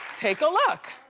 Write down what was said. take a look.